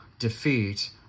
defeat